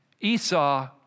Esau